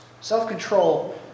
Self-control